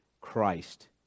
Christ